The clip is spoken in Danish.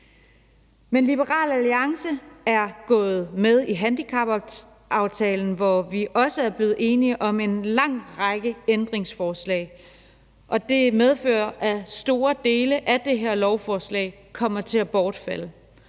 Men Liberal Alliance er gået med i handicapaftalen, hvor vi også er blevet enige om en lang række ændringsforslag, og det medfører, at store dele af det her lovforslag kommer til at bortfalde.